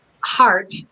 heart